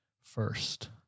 first